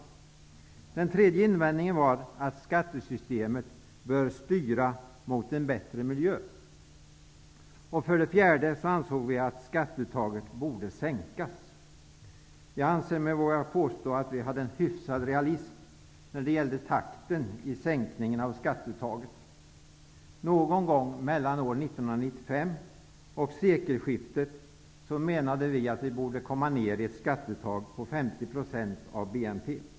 För det tredje ansåg vi att skattesystemet borde stimulera till en bättre miljö. För det fjärde ansåg vi att skatteuttaget borde sänkas. Jag anser mig våga påstå att vi hade en hyfsad realism när det gällde takten i sänkningen av skatteuttaget. Vi menade att man någon gång mellan 1995 och sekelskiftet borde kunna komma ned till ett skatteuttag på 50 % av BNP.